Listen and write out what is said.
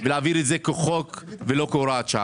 ולהעביר את זה כחוק ולא כהוראת שעה.